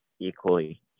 equally